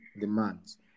demands